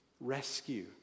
rescue